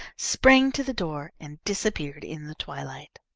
sprang to the door, and disappeared in the twilight.